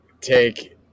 take